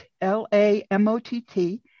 L-A-M-O-T-T